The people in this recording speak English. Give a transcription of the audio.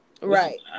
Right